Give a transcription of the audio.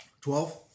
Twelve